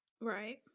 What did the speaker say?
Right